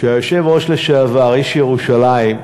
כשהיושב-ראש לשעבר, איש ירושלים,